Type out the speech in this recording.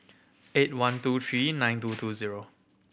eight one two three nine two two zero